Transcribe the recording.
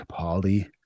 Capaldi